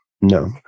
No